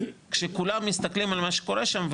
כשכולם מסתכלים על מה שקורה שם,